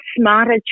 smarter